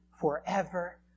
forever